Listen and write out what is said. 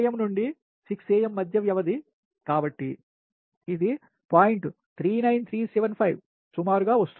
ఉదాహరణకు మీరు 4 కి బదులుగా ఎన్నుకోబడితే మీ 5 ఉత్పాదక యూనిట్లు ఆ సందర్భం లో ప్లాంట్ సామర్థ్యం 5 మెగావాట్ల అయి ఉండాలి అప్పుడు రిజర్వ్ సామర్థ్యం 5 మైనస్ 3 అయి 2 మెగావాట్ అని చెప్పాలి